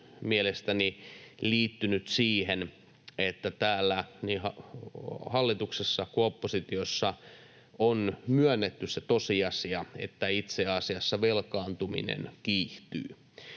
mielestäni liittynyt siihen, että täällä niin hallituksessa kuin oppositiossa on myönnetty se tosiasia, että itse asiassa velkaantuminen kiihtyy.